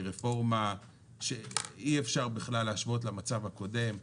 היא רפורמה שאי אפשר בכלל להשוות למצב הקודם,